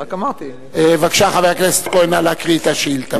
בבקשה, חבר הכנסת כהן, נא להקריא את השאילתא.